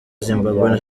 zimbabwe